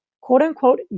quote-unquote